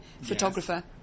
photographer